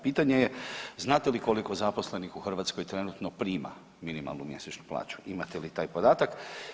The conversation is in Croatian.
Pitanje je znate li koliko zaposlenih u Hrvatskoj trenutno prima minimalnu mjesečnu plaću, imate li taj podatak?